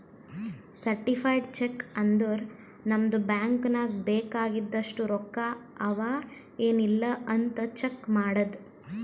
certified cheque ಅಂದುರ್ ನಮ್ದು bank ನಾಗ್ ಬೇಕ್ ಆಗಿದಷ್ಟು ರೊಕ್ಕಾ ಅವಾ ಎನ್ ಇಲ್ಲ್ ಅಂತ್ ಚೆಕ್ ಮಾಡದ್